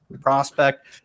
prospect